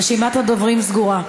רשימת הדוברים סגורה.